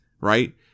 right